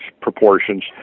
proportions